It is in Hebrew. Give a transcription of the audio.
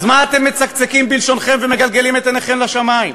אז מה אתם מצקצקים בלשונכם ומגלגלים את עיניכם לשמים?